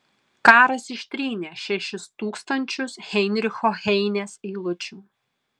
karas ištrynė šešis tūkstančius heinricho heinės eilučių